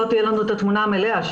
לא תהיה לנו את התמונה המלאה.